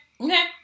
Okay